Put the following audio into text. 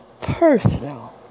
personal